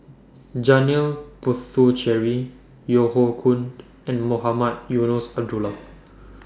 Janil Puthucheary Yeo Hoe Koon and Mohamed Eunos Abdullah